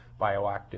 bioactive